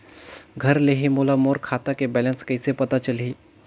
घर ले ही मोला मोर खाता के बैलेंस कइसे पता चलही?